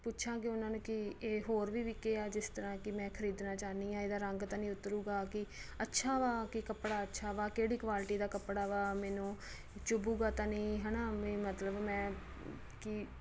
ਪੁੱਛਾਂਗੀ ਉਨ੍ਹਾਂ ਨੂੰ ਕਿ ਇਹ ਹੋਰ ਵੀ ਵਿਕੇ ਆ ਜਿਸ ਤਰ੍ਹਾਂ ਕਿ ਮੈਂ ਖਰੀਦਣਾ ਚਾਹੁੰਦੀ ਹਾਂ ਇਹਦਾ ਰੰਗ ਤਾਂ ਨਹੀਂ ਉੱਤਰੂਗਾ ਕਿ ਅੱਛਾ ਵਾ ਕੇ ਕੱਪੜਾ ਅੱਛਾ ਵਾ ਕਿਹੜੀ ਕਵਾਲਟੀ ਦਾ ਕੱਪੜਾ ਵਾ ਮੈਨੂੰ ਚੁਭੂਗਾ ਤਾਂ ਨਹੀਂ ਹੈ ਨਾ ਵੀ ਮਤਲਬ ਮੈਂ ਕੀ